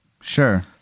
sure